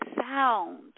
sound